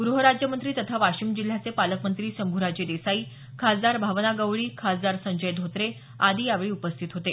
गृह राज्यमंत्री तथा वाशिम जिल्ह्याचे पालकमंत्री शंभूराज देसाई खासदार भावना गवळी खासदार संजय धोत्रे आदी यावेळी उपस्थित होते